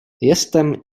jestem